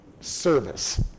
service